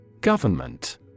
Government